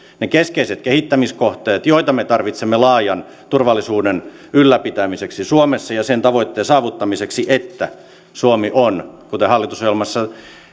ne keskeiset kehittämiskohteet joita me tarvitsemme laajan turvallisuuden ylläpitämiseksi suomessa ja sen tavoitteen saavuttamiseksi että suomi on kuten hallitusohjelmassa